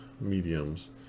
mediums